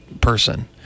person